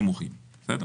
מדרגות